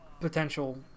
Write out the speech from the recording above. potential